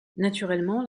naturellement